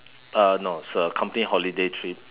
uh no it's a company holiday trip